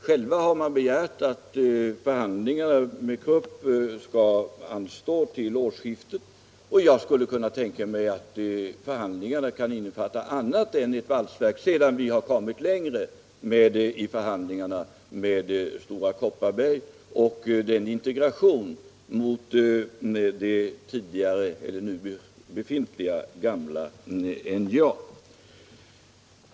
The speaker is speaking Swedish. Företaget har självt begärt att förhandlingarna skall anstå till årsskiftet, och jag skulle kunna tänka mig att förhandlingarna kan innefatta annat än ett valsverk sedan vi kommit längre i förhandlingarna med Stora Kopparberg och mot en integration med det nu befintliga NJA.